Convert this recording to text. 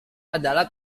adalah